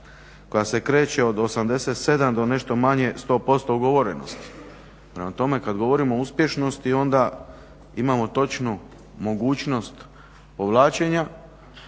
koja se kreće od 87 do nešto manje 100% ugovorenosti. Prema tome kada govorimo o uspješnosti onda imamo točnu mogućnost povlačenja